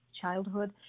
childhood